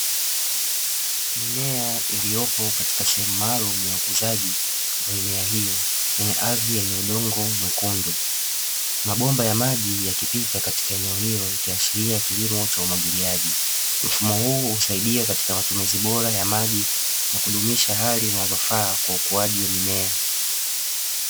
Mimea iliyopo katika sehemu maalum ya ukuzaji wa memea hiyo, kwenye ardhi yenye udongo mwekundu mabomba ya maji yakipita katika eneo hilo nikiashiria kilimo cha umwagiliaji, mfumo huu husaidia katika matumizi bora ya maji na kudumisha hali zinazofaa kwa ukuaji wa mimea.